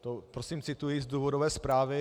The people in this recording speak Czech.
To prosím cituji z důvodové zprávy.